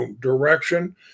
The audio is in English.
direction